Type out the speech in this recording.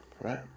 Right